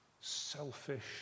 selfish